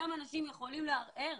אותם אנשים יכולים לערער,